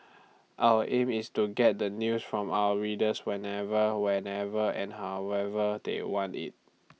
our aim is to get the news from our readers whenever wherever and however they want IT